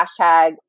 hashtag